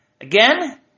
Again